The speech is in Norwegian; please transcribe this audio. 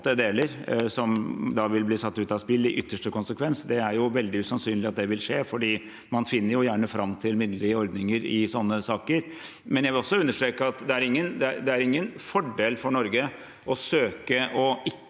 som vil bli satt ut av spill, i ytterste konsekvens. Det er veldig usannsynlig at det vil skje, for man finner jo gjerne fram til minnelige ordninger i sånne saker. Jeg vil også understreke at det ikke er noen fordel for Norge å søke å ikke